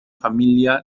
família